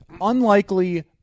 unlikely